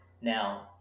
Now